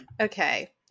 okay